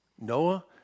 Noah